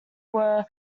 were